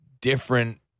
different